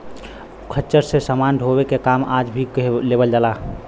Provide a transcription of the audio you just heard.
खच्चर से समान ढोवे के काम आज भी लेवल जाला